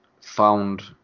found